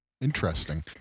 Interesting